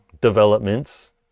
developments